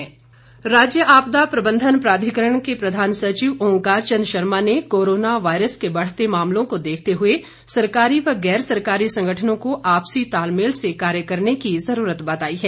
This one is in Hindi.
ओंकार शर्मा राज्य आपदा प्रबंधन प्राधिकरण के प्रधान सचिव ओंकार चंद शर्मा ने कोरोना वायरस के बढ़ते मामलों को देखते हुए सरकारी व गैर सरकारी संगठनों को आपसी तालमेल से कार्य करने की जरूरत बताई है